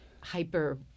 hyper